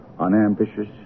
unambitious